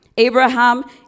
Abraham